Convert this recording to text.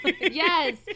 Yes